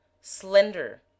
slender